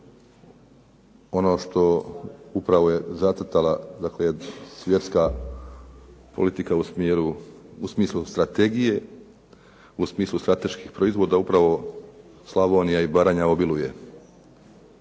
ono što upravo je zacrtala, dakle svjetska politika u smislu strategije, u smislu strateških proizvoda upravo Slavonija i Baranja obiluje,